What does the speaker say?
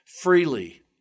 freely